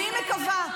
אני מקווה,